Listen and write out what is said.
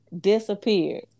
disappeared